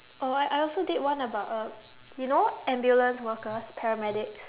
oh I I also did one about uh you know ambulance workers paramedics